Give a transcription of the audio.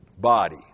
body